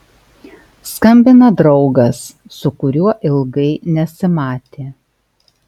skambina draugas su kuriuo ilgai nesimatė